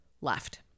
left